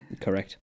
correct